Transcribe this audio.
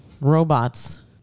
robots